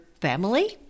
family